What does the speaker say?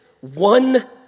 one